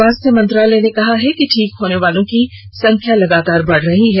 स्वास्थ्य मंत्रालय ने कहा है कि ठीक होने वालों की संख्या लगातार बढ रही है